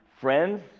friends